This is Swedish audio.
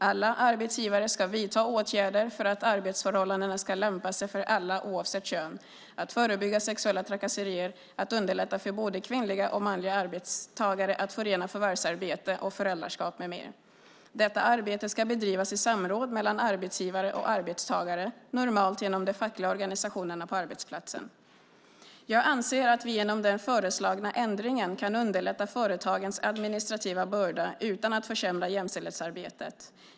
Alla arbetsgivare ska vidta åtgärder för att arbetsförhållandena ska lämpa sig för alla oavsett kön, att förebygga sexuella trakasserier, att underlätta för både kvinnliga och manliga arbetstagare att förena förvärvsarbete och föräldraskap med mera. Detta arbete ska bedrivas i samråd mellan arbetsgivare och arbetstagare, normalt genom de fackliga organisationerna på arbetsplatsen. Jag anser att vi genom den föreslagna ändringen kan underlätta företagens administrativa börda utan att försämra jämställdhetsarbetet.